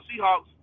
Seahawks